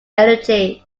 energy